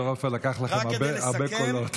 פעם בדר-עופר לקח לכם הרבה קולות.